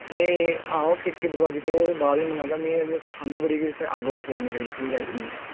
नेईं हां ओह् खिड़की दरवाजे ते ओह् ते बाद च मंगागा में इत्थे ठंड बड़ी ते अग्ग उग्ग सेकने ताईं लक्कड़ियां चाह्दियां हियां